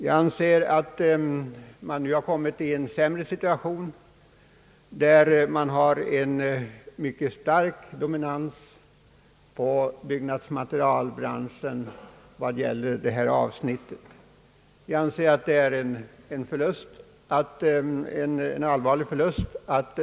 Jag anser att man nu har kommit i en sämre situation med en mycket stark dominans på detta avsnitt av byggnadsmaterialbranschen. Att försöket misslyckades innebär en allvarlig förlust.